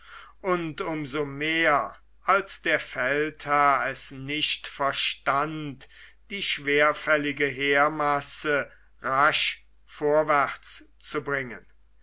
und um so mehr als der feldherr es nicht verstand die schwerfällige heermasse rasch vorwärts zu bringen